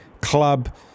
club